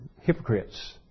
hypocrites